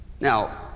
Now